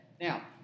Now